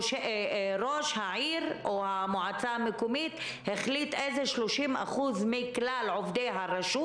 ראש העיר או המועצה המקומית החליט איזה 30% מכלל עובדי הרשות,